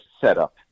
setup